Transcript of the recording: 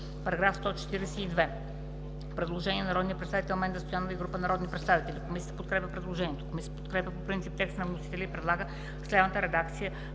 По § 142 – предложение на народния представител Менда Стоянова и група народни представители. Комисията подкрепя предложението. Комисията подкрепя по принцип текста на вносителя и предлага следната редакция